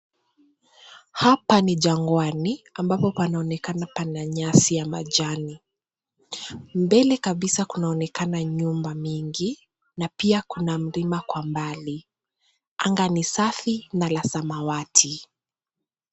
Hapa ni jagwani ambapo panaonekana pana nyasi ya majani. Mbele kabisa kunaonekana nyumba mingi na pia kuna mlima kwa mbali. Anga ni safi na la samawati.